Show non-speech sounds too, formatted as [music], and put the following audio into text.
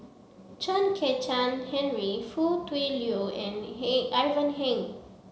Chen Kezhan Henri Foo Tui Liew and [unintelligible] Ivan Heng